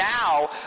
now